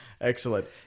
Excellent